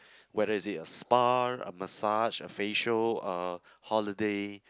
whether is it a spa a massage a facial a holiday